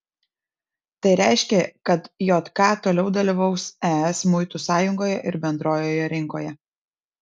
tai reiškia kad jk toliau dalyvaus es muitų sąjungoje ir bendrojoje rinkoje